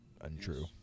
untrue